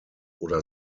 oder